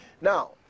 Now